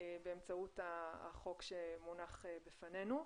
באמצעות החוק שמונח בפנינו.